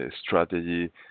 strategy